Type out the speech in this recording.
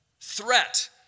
Threat